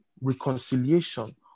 reconciliation